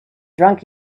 drunk